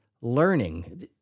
learning